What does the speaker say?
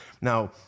Now